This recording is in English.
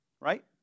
right